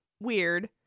weird